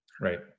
right